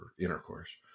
intercourse